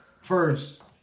first